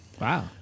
Wow